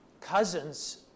Cousins